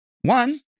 One